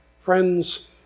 Friends